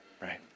right